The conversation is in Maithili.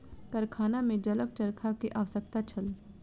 कारखाना में जलक चरखा के आवश्यकता छल